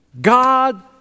God